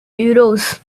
euros